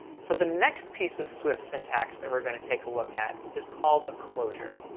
so the next piece of swift syntax that we're going to take a look at is called a closure.